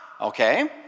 Okay